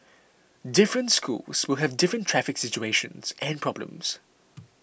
different schools will have different traffic situations and problems